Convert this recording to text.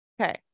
Okay